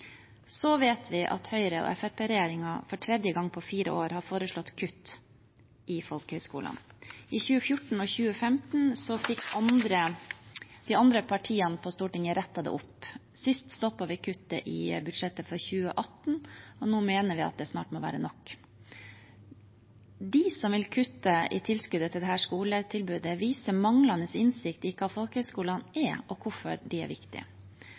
Så vet vi at Høyre–Fremskrittsparti-regjeringen for tredje gang på fire år har foreslått kutt til folkehøyskolene. I 2014 og 2015 fikk de andre partiene på Stortinget rettet det opp. Sist stoppet vi kuttet i budsjettet for 2018, og nå mener vi at det snart må være nok. De som vil kutte i tilskuddet til dette skoletilbudet, viser manglende innsikt i hva folkehøyskolene er, og hvorfor de er viktige.